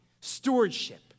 stewardship